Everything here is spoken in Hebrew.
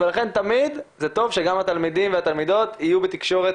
ולכן זה טוב שגם התלמידים והתלמידות יהיו בתקשורת